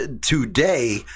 today